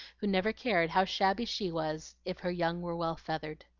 who never cared how shabby she was if her young were well feathered.